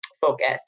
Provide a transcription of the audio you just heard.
focused